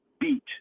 beat